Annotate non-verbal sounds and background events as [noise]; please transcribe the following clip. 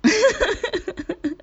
[laughs]